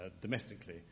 domestically